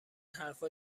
حرفا